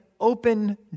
open